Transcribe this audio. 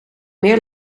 meer